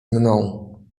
mną